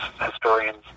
historians